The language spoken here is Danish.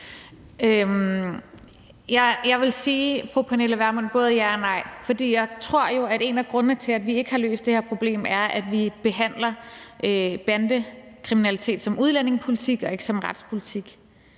Jeg vil sige både ja og nej, fru Pernille Vermund. For jeg tror jo, at en af grundene til, at vi ikke har løst det her problem, er, at vi behandler bandekriminalitet som udlændingepolitik og ikke som retspolitik.